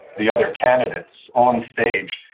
the other candidates on stage.